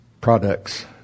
products